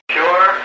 sure